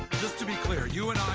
just to be clear, you